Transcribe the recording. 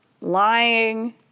lying